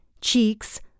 cheeks